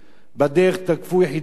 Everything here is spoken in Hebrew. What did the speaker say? בדרך תקפו יחידות אלה,